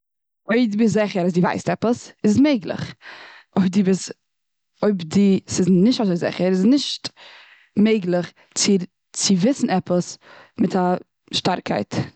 אויב דו ביזט זיכער אז די ווייסט עפעס איז מעגליך. אויב דו ביזט, אויב דו ביזט נישט אזוי זיכער איז נישט מעגליך צו צו וויסן עפעס מיט א שטארקייט.